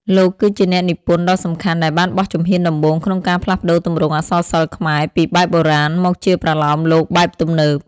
លោកគឺជាអ្នកនិពន្ធដ៏សំខាន់ដែលបានបោះជំហានដំបូងក្នុងការផ្លាស់ប្ដូរទម្រង់អក្សរសិល្ប៍ខ្មែរពីបែបបុរាណ មកជាប្រលោមលោកបែបទំនើប។